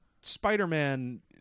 Spider-Man